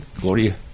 gloria